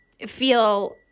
feel